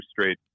straight